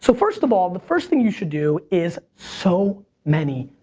so first of all, the first thing you should do is so many,